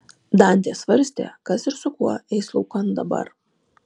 dantė svarstė kas ir su kuo eis laukan dabar